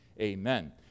amen